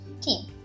team